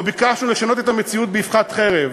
לא ביקשנו לשנות את המציאות באבחת חרב.